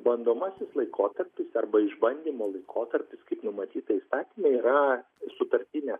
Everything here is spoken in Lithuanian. ir bandomasis laikotarpis arba išbandymo laikotarpis kaip numatyta įstatyme yra sutartinė